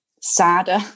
sadder